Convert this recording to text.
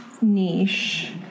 niche